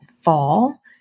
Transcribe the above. fall